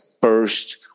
first